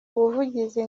ubuvugizi